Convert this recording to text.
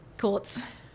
Courts